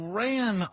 ran